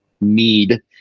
need